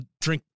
drink